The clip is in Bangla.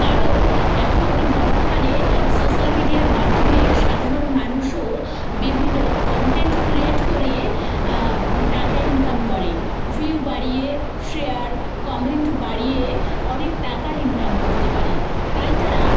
কারণ এখন বর্তমানে সোশ্যাল মিডিয়ার মাধ্যমে সাধারণ মানুষও বিভিন্ন কনটেন্ট ক্রিয়েট করিয়ে টাকা ইনকাম করে ভিউ বাড়িয়ে শেয়ার কমেন্ট বাড়িয়ে অনেক টাকা ইনকাম করতে পারে তাই তারা